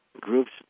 groups